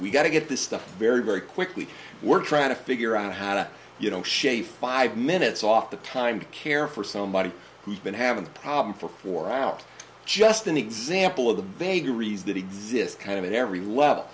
we've got to get this stuff very very quickly we're trying to figure out how to you know shay five minutes off the time to care for somebody who's been having the problem for four hours just an example of the vagaries that exist kind of at every level